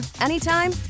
anytime